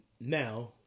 now